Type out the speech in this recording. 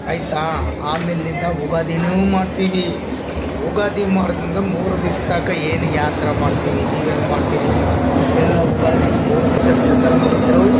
ಆಯಿತಾ ಆಮೇಲಿಂದ ಉಗಾದಿನೂ ಮಾಡ್ತೀವಿ ಉಗಾದಿ ಮಾಡ್ದಿಂದ ಮೂರು ದಿವ್ಸತಾಗ ಏನು ಯಾವ ಥರ ಮಾಡ್ತೀವಿ ನೀವು ಏನು ಮಾಡ್ತೀರಿ ಎಲ್ಲ ಉಗಾದಿಗ ಮೂರು ದಿವಸ ಚಂದ್ರನ ನೋಡಿದ್ದರೂ